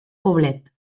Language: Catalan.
poblet